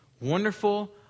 wonderful